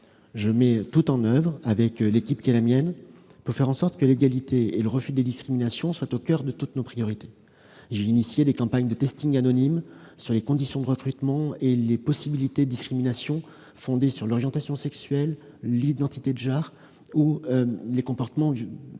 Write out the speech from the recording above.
effet tout en oeuvre avec l'équipe qui est la mienne pour faire en sorte que l'égalité et le refus des discriminations soient au coeur de toutes nos priorités. J'ai engagé des campagnes de testing anonyme sur les conditions de recrutement et les possibilités de discrimination fondées sur l'orientation sexuelle, l'identité de genre et les comportements sexistes